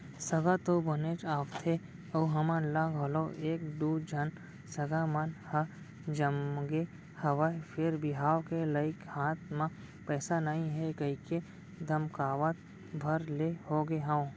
सगा तो बनेच आवथे अउ हमन ल घलौ एक दू झन सगा मन ह जमगे हवय फेर बिहाव के लइक हाथ म पइसा नइ हे कहिके धकमकावत भर ले होगे हंव